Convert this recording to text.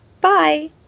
Bye